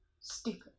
stupid